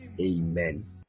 Amen